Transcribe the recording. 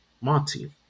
Monty